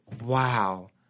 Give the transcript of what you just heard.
wow